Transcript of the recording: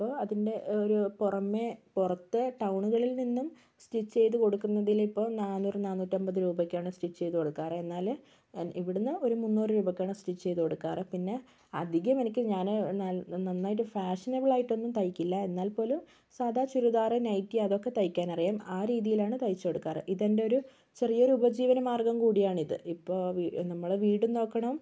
അപ്പോൾ അതിൻ്റെ ഒരു പുറമെ പുറത്ത് ടൗണുകളിൽ നിന്നും സ്റ്റിച്ച് ചെയ്തു കൊടുക്കുന്നതിലിപ്പോൾ നാനൂറ് നാനൂറ്റി അൻപത് രൂപയ്ക്കാണ് സ്റ്റിച്ച് ചെയ്തു കൊടുക്കാറ് എന്നാൽ ഇവിടെ നിന്ന് ഒരു മുന്നൂറ് രൂപയ്ക്കാണ് സ്റ്റിച്ച് ചെയ്ത് കൊടുക്കാറ് പിന്നെ അധികം എനിക്ക് ഞാൻ ന നന്നായിട്ട് ഫാഷനബിൾ ആയിട്ടൊന്നും തൈക്കില്ല എന്നാൽ പോലും സാധാ ചുരിദാറ് നെറ്റി അതൊക്കെ തൈക്കാനറിയാം ആ രീതിയിലാണ് തൈച്ചുകൊടുക്കാറ് ഇതെൻറ്റൊരു ചെറിയൊരു ഉപജീവന മാർഗ്ഗം കൂടിയാണിത് ഇപ്പോൾ വീ നമ്മൾ വീടും നോക്കണം